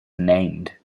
named